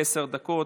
עשר דקות.